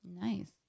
Nice